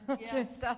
Yes